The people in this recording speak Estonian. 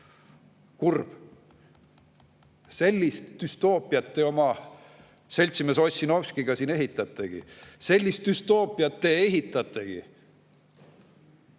Kurb! Sellist düstoopiat te oma seltsimees Ossinovskiga siin ehitategi. Sellist düstoopiat te ehitategi!